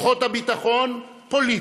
כוחות הביטחון פוליטיים,